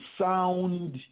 sound